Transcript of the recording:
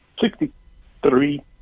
Sixty-three